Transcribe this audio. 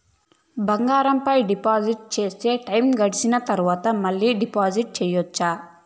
బంగారం పైన డిపాజిట్లు సేస్తే, టైము గడిసిన తరవాత, మళ్ళీ డిపాజిట్లు సెయొచ్చా?